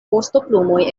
vostoplumoj